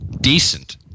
decent